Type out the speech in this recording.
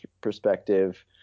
perspective